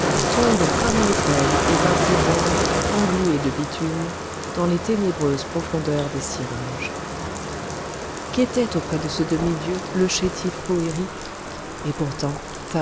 tombe comme les feuilles et va s'étendre engluée de bitume dans les ténébreuses profondeurs des syringes qu'était auprès de ce demi-dieu le chétif poëri et pourtant